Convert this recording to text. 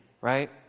right